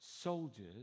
soldiers